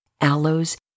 aloes